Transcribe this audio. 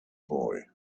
boy